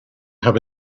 have